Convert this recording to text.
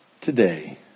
today